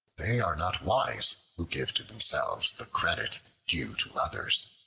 they are not wise who give to themselves the credit due to others.